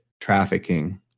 trafficking